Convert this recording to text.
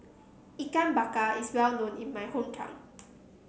Ikan Bakar is well known in my hometown